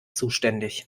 zuständig